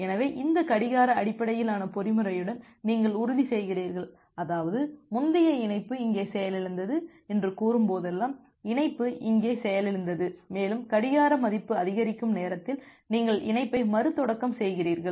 எனவே இந்த கடிகார அடிப்படையிலான பொறிமுறையுடன் நீங்கள் உறுதிசெய்கிறீர்கள் அதாவது முந்தைய இணைப்பு இங்கே செயலிழந்தது என்று கூறும்போதெல்லாம் இணைப்பு இங்கே செயலிழந்தது மேலும் கடிகார மதிப்பு அதிகரிக்கும் நேரத்தில் நீங்கள் இணைப்பை மறுதொடக்கம் செய்கிறீர்கள்